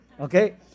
Okay